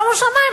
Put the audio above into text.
שומו שמים.